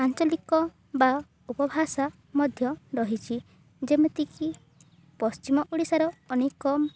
ଆଞ୍ଚଳିକ ବା ଉପଭାଷା ମଧ୍ୟ ରହିଛିି ଯେମିତିକି ପଶ୍ଚିମ ଓଡ଼ିଶାର ଅନେକ